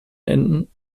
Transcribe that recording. enden